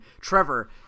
Trevor